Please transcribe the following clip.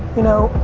you know,